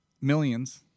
millions